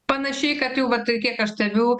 panašiai kad jau vat kiek aš stebiu